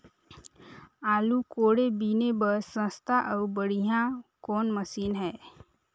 आलू कोड़े बीने बर सस्ता अउ बढ़िया कौन मशीन हे?